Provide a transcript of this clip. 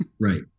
Right